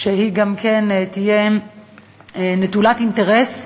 שתהיה נטולת אינטרס,